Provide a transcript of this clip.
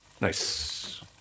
Nice